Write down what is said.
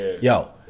Yo